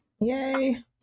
Yay